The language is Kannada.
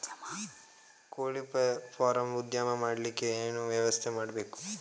ಕೋಳಿ ಫಾರಂ ಉದ್ಯಮ ಮಾಡಲಿಕ್ಕೆ ಏನು ವ್ಯವಸ್ಥೆ ಮಾಡಬೇಕು?